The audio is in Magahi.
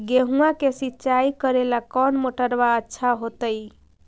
गेहुआ के सिंचाई करेला कौन मोटरबा अच्छा होतई?